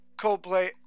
Coldplay